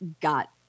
got